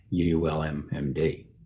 UULMMD